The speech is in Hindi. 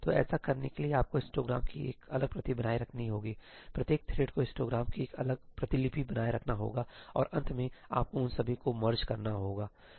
तो ऐसा करने के लिए आपको हिस्टोग्राम की एक अलग प्रति बनाए रखनी होगी प्रत्येक थ्रेडको हिस्टोग्राम की एक अलग प्रतिलिपि बनाए रखना होगा और अंत में आपको उन सभी को मर्ज करना होगा ठीक है